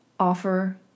Offer